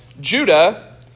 Judah